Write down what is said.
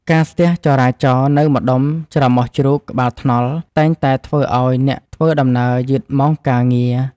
ការស្ទះចរាចរណ៍នៅម្ដុំច្រមុះជ្រូកក្បាលថ្នល់តែងតែធ្វើឱ្យអ្នកធ្វើដំណើរយឺតម៉ោងការងារ។